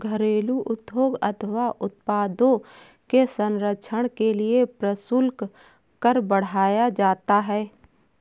घरेलू उद्योग अथवा उत्पादों के संरक्षण के लिए प्रशुल्क कर बढ़ाया जाता है